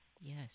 Yes